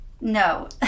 No